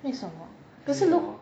为什么可是如